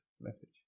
message